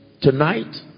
tonight